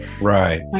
Right